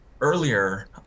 Earlier